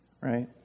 Right